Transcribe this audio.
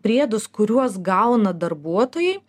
priedus kuriuos gauna darbuotojai